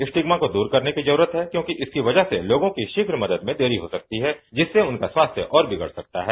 stigma को दूर करने की जरूरत है क्योंकि इसकी वजह से लोगों की शीघ्र मदद में देरी हो सकती है जिससे उनका स्वास्थ्य और बिगड़ सकता है